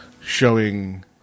showing